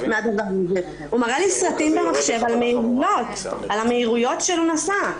הוא מראה לי סרטים במחשב על המהירויות שהוא נסע.